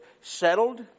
settled